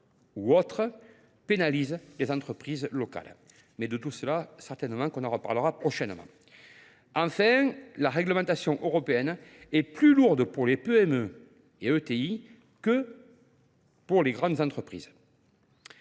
ou autre pénalise les entreprises locales. Mais de tout cela, certainement, on en reparlera prochainement. Enfin, la réglementation européenne est plus lourde pour les PME et ETI que pour les grandes entreprises.